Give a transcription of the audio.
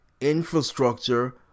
infrastructure